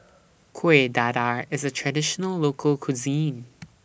Kueh Dadar IS A Traditional Local Cuisine